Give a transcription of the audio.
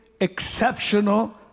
exceptional